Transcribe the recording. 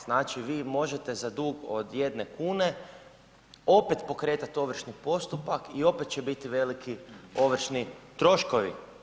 Znači vi možete za dug od jedne kune opet pokretati ovršni postupak i opet će biti veliki ovršni troškovi.